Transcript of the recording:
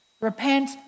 Repent